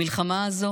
המלחמה הזאת